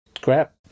crap